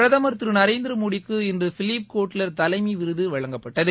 பிரதமர் திரு நரேந்திரமோடிக்கு இன்று பிலிப் கோட்லெர் தலைமை விருது வழங்கப்பட்டது